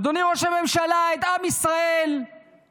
אדוני ראש הממשלה, את עם ישראל רימית,